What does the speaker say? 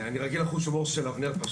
אני רגיל לחוש ההומור של אבנר.